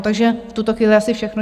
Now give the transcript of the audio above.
Takže v tuto chvíli asi všechno.